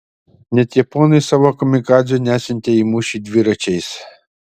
net japonai savo kamikadzių nesiuntė į mūšį dviračiais